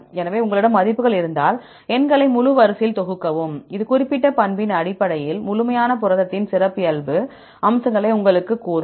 எனவே உங்களிடம் மதிப்புகள் இருந்தால் எண்களை முழு வரிசையில் தொகுக்கவும் இது குறிப்பிட்ட பண்பின் அடிப்படையில் முழுமையான புரதத்தின் சிறப்பியல்பு அம்சங்களை உங்களுக்குக் கூறும்